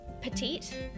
petite